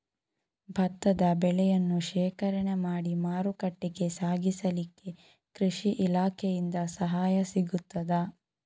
ಭತ್ತದ ಬೆಳೆಯನ್ನು ಶೇಖರಣೆ ಮಾಡಿ ಮಾರುಕಟ್ಟೆಗೆ ಸಾಗಿಸಲಿಕ್ಕೆ ಕೃಷಿ ಇಲಾಖೆಯಿಂದ ಸಹಾಯ ಸಿಗುತ್ತದಾ?